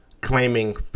claiming